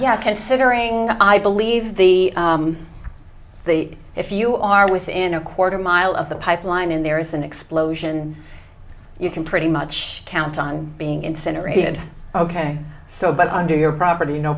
e considering i believe the the if you are within a quarter mile of the pipeline in there it's an explosion you can pretty much count on being incinerated ok so but under your property no